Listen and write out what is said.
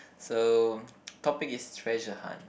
so topic is treasure hunt